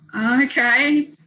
okay